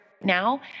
now